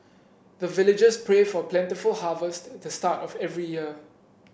the villagers pray for plentiful harvest at the start of every year